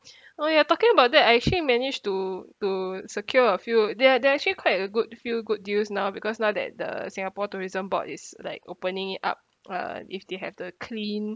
oh ya talking about that I actually managed to to secure a few there are there are actually quite a good few good deals now because now that the singapore tourism board is like opening it up lah if they have the clean